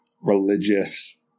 religious